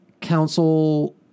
council